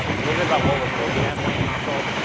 um a little bit about what we're building at morning consult,